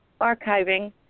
archiving